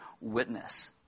witness